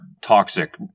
toxic